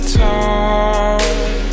talk